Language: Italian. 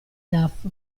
daf